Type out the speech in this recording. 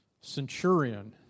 centurion